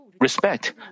respect